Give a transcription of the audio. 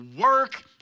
Work